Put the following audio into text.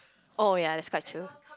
oh ya that's quite true